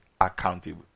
accountable